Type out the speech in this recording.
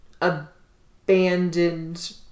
abandoned